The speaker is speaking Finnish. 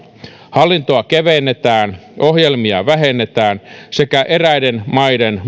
hallintoa kevennetään ohjelmia vähennetään sekä eräiden maiden